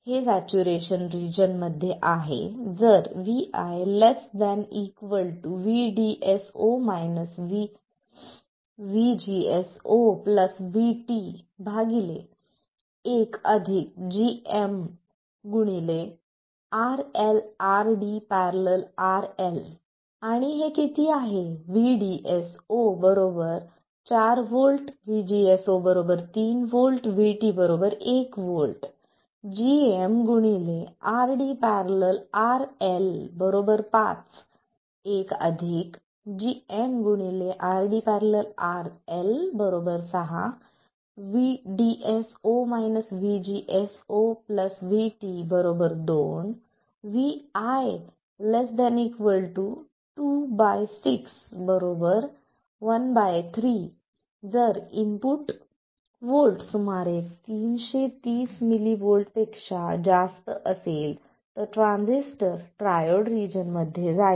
हे saturation region मध्ये आहे जर vi ≤ VDS0 VGS0 VT 1 gm RD ║ RL आणि हे किती आहे VDS0 4 volt VGS0 3 volt VT 1 volt gm RD ║ RL 5 1 gm RD ║ RL 6 VDS0 VGS0 VT 2 vi ≤ 2 6 ⅓ तर जर इनपुट व्होल्ट सुमारे 330 मिली व्होल्टपेक्षा जास्त असेल तर ट्रान्झिस्टर ट्रायोड रिजन मध्ये जाईल